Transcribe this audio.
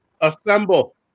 Assemble